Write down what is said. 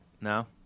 no